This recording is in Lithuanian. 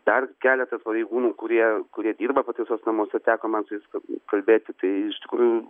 dar keletas pareigūnų kurie kurie dirba pataisos namuose teko man su jais kalbėti tai iš tikrųjų